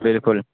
بالکل